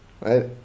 right